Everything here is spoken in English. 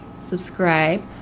subscribe